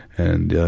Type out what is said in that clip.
and ah,